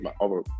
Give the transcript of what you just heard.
over